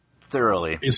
thoroughly